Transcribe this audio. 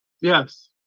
yes